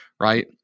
right